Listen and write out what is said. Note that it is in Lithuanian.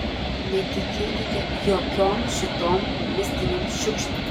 netikėkite jokiom šitom mistinėm šiukšlėm